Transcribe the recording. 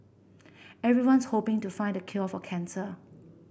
everyone's hoping to find the cure for cancer